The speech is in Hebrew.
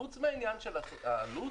חוץ מהעניין של העלות,